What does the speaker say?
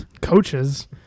coaches